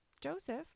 Joseph